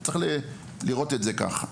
צריך לראות את זה גם ככה.